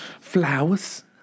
flowers